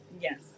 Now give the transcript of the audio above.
Yes